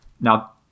Now